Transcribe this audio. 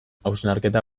hausnarketa